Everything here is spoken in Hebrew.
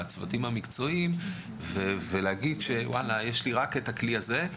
בצוותים המקצועיים ולהגיד שיש לי רק את הכלי הזה,